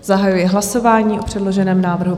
Zahajuji hlasování o předloženém návrhu.